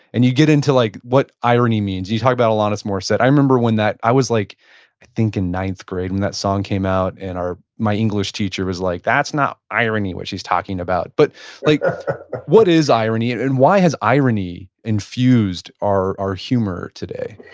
and you get into like what irony means. you talk about alanis morissette. i remember when that, i was like i think in ninth grade when that song came out. and my english teacher was like, that's not irony what she's talking about. but like what is irony and and why has irony infused our our humor today?